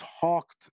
talked